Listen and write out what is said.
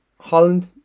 Holland